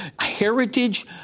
heritage